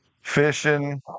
fishing